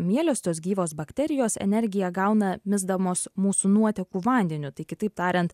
mielės tos gyvos bakterijos energiją gauna misdamos mūsų nuotekų vandeniu tai kitaip tariant